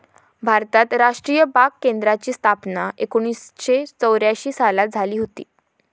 भारतात राष्ट्रीय बाग केंद्राची स्थापना एकोणीसशे चौऱ्यांशी सालात झाली हुती